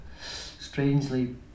strangely